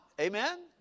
Amen